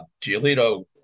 Giolito